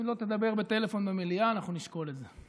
אם לא תדבר בטלפון במליאה אנחנו נשקול את זה.